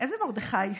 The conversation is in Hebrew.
איזה מרדכי?